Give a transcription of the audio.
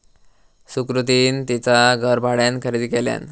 सुकृतीन तिचा घर भाड्यान खरेदी केल्यान